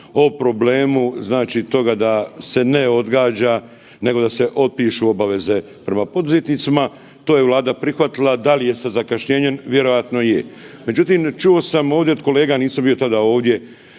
o problemu znači toga da se odgađa nego da se otpišu obaveze prema poduzetnicima, to je Vlada prihvatila, da li je sa zakašnjenjem vjerojatno je. Međutim, čuo sam ovdje od kolega, nisam bio tada ovdje